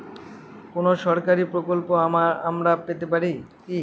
কোন সরকারি প্রকল্প আমরা পেতে পারি কি?